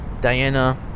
diana